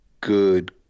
good